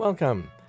Welcome